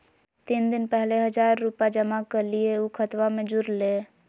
तीन दिन पहले हजार रूपा जमा कैलिये, ऊ खतबा में जुरले?